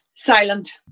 silent